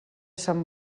sant